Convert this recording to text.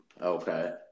Okay